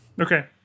Okay